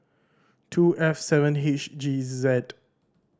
two F seven H G Z